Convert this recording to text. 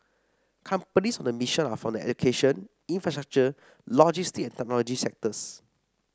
companies on the mission are from the education infrastructure logistic and technology sectors